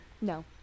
No